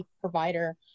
provider